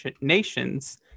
nations